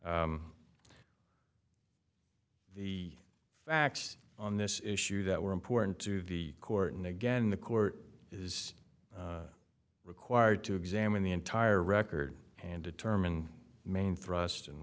the facts on this issue that were important to the court and again the court is required to examine the entire record and determine main thrust and